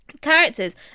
characters